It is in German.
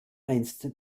einst